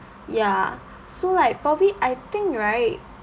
ya so like probably I think right